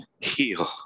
heal